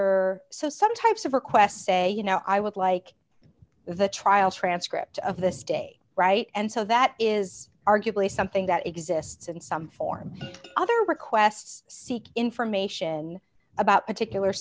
so some types of request say you know i would like the trial transcript of this day right and so that is arguably something that exists in some form or other requests seek information about particular